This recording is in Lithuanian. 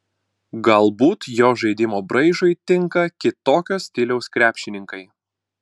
galbūt jo žaidimo braižui tinka kitokio stiliaus krepšininkai